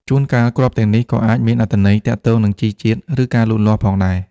ជួនកាល គ្រាប់ទាំងនេះក៏អាចមានអត្ថន័យទាក់ទងនឹងជីជាតិ ឬការលូតលាស់ផងដែរ។